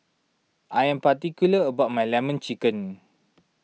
I am particular about my Lemon Chicken